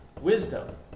wisdom